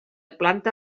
planta